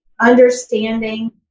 understanding